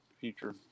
future